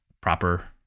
proper